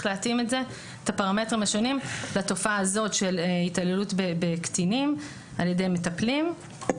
להתאים את הפרמטרים השונים לתופעה הזאת של התעללות בקטינים על ידי מטפלים.